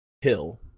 hill